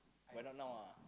but not now ah